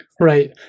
Right